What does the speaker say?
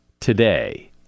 today